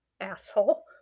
Asshole